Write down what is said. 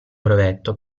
brevetto